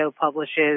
publishes